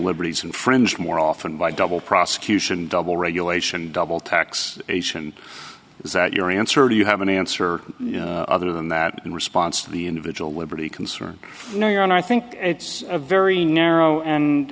liberties infringed more often by double prosecution double regulation double tax evasion is that your answer do you have an answer other than that in response to the individual liberty concern no your honor i think it's a very narrow and